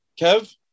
Kev